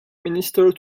minister